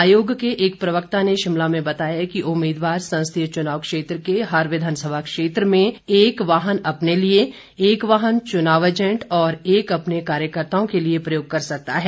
आयोग के एक प्रवक्ता ने शिमला में बताया कि उम्मीदवार संसदीय चुनाव क्षेत्र के हर विधानसभा क्षेत्र में एक वाहन अपने लिए एक वाहन चुनाव एजेंट और एक अपने कार्यकर्ताओं के लिए प्रयोग कर सकता है